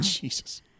Jesus